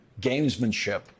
gamesmanship